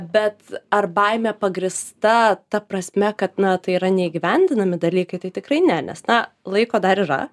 bet ar baimė pagrįsta ta prasme kad na tai yra neįgyvendinami dalykai tai tikrai ne nes na laiko dar yra